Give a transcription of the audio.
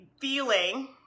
feeling